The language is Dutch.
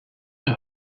een